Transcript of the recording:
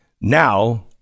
now